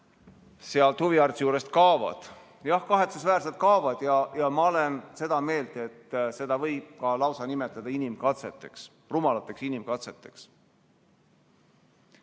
siis huvihariduse juurest kaovad. Jah, kahetsusväärselt kaovad. Ma olen seda meelt, et seda võib lausa nimetada inimkatseteks, rumalateks inimkatseteks.